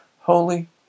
holy